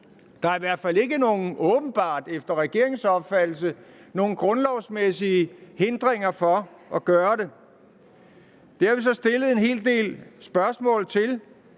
Der er i hvert fald åbenbart ikke efter regeringens opfattelse nogen grundlovsmæssige hindringer for at gøre det. Det har vi så stillet en hel del spørgsmål om,